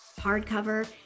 hardcover